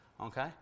Okay